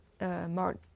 more